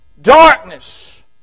Darkness